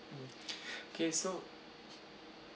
mm okay so